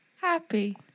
Happy